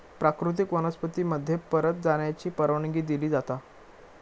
प्राकृतिक वनस्पती मध्ये परत जाण्याची परवानगी दिली जाता